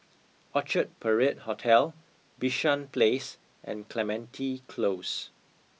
Crchard Parade Hotel Bishan Place and Clementi Close